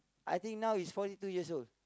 I think now he's forty two years old